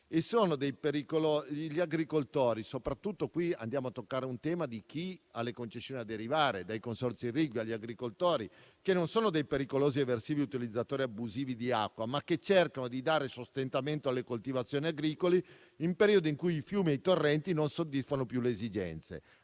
sono pericolosi eversivi utilizzatori abusivi di acqua, ma che cercano di dare sostentamento alle coltivazioni agricole in un periodo in cui i fiumi e i torrenti non soddisfano più le esigenze.